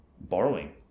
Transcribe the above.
borrowing